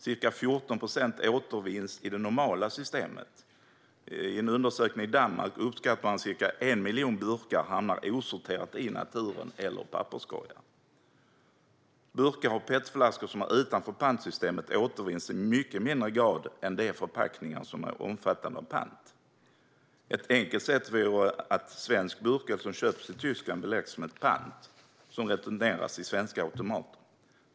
Ca 14 procent återvinns i det normala systemet. I en undersökning i Danmark uppskattas att ca 1 miljon burkar hamnar osorterade i naturen eller i papperskorgar. Burkar och petflaskor som är utanför pantsystemet återvinns i mycket lägre grad än de förpackningar som omfattas av pant. Ett enkelt sätt vore att svensk burköl som köps i Tyskland beläggs med pant som returneras i svenska automater.